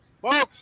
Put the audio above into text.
folks